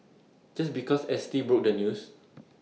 just because S T broke the news